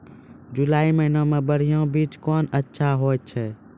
जुलाई महीने मे बढ़िया बीज कौन अच्छा होय छै?